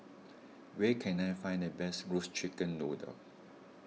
where can I find the best Roasted Chicken Noodle